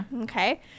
Okay